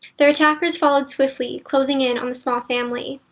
their attackers followed swiftly, closing in on the small family.